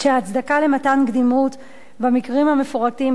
למתן קדימות במקרים המפורטים בפסקאות,